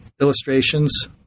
illustrations